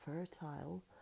fertile